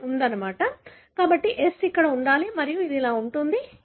కాబట్టి E ఇక్కడ ఉంది కాబట్టి S ఇక్కడ ఉండాలి మరియు ఇది ఇలా ఉంటుంది